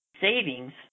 savings